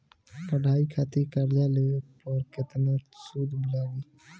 पढ़ाई खातिर कर्जा लेवे पर केतना सूद लागी?